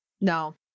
No